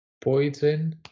poison